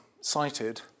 cited